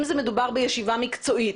אם מדובר בישיבה מקצועית.